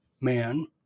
Man